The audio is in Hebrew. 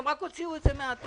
הם רק הוציאו את זה מהאתר.